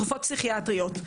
תרופות פסיכיאטריות.